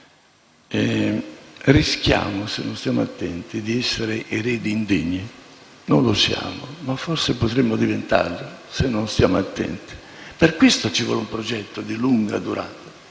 Rischiamo, se non stiamo attenti, di essere eredi indegni. Non lo siamo, ma potremmo diventarlo se non stiamo attenti. Per questo ci vuole un progetto di lunga durata.